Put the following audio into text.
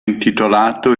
intitolato